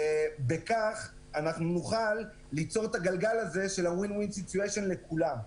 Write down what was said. כך נוכל ליצור את הגלגל הזה של הווין-וין סיטיואיישן לכולם.